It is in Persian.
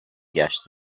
گشت